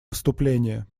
выступления